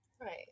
Right